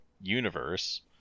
universe